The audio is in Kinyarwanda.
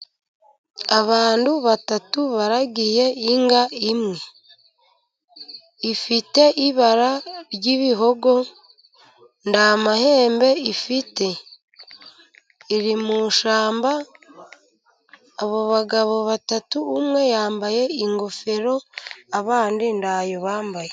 Abantu batatu baragiye inka imwe. Ifite ibara ry'ibihogo, nta mahembe Ifite. Iri mu ishyamba. Abo bagabo batatu umwe yambaye ingofero, abandi nta zo bambaye